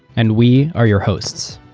and we are your hosts.